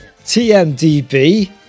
TMDB